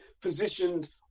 positioned